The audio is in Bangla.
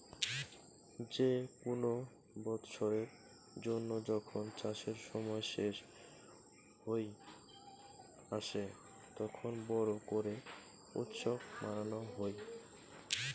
যে কুন বৎসরের জন্য যখন চাষের সময় শেষ হই আসে, তখন বড় করে উৎসব মানানো হই